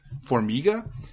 Formiga